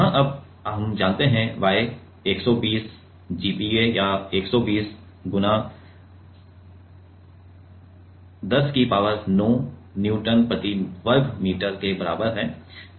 यहाँ अब हम जानते हैं कि Y 120 Gpa या 120 × 10 की पावर 9 न्यूटन प्रति वर्ग मीटर के बराबर है